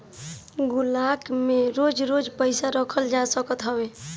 गुल्लक में रोज रोज पईसा रखल जा सकत हवे